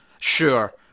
Sure